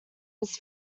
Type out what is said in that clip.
his